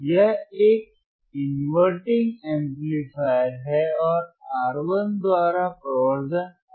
यह एक inverting amplifier है और R1 द्वारा प्रवर्धन R2 है